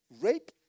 rape